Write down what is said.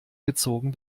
gezogen